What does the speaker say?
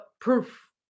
proof